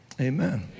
Amen